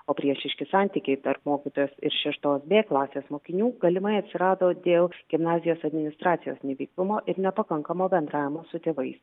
o priešiški santykiai tarp mokytojos ir šeštos b klasės mokinių galimai atsirado dėl gimnazijos administracijos neveiklumo ir nepakankamo bendravimo su tėvais